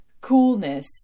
coolness